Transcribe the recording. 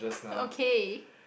okay